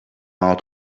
out